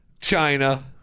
China